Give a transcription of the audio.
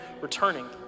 returning